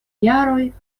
jaroj